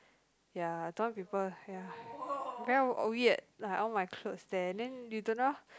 ya I don't want people ya very weird like all my clothes there and then you don't know